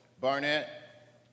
Barnett